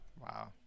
Wow